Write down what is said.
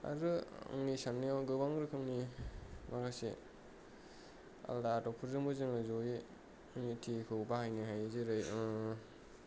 आरो आंनि साननायाव गोबां रोखोमनि माखासे आलदा आदबफोरजोंबो जों जयै यूनिटिखौ बाहायनो हायो जेरै